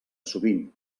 sovint